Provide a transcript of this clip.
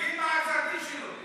תגיד מה גזר-הדין שלו,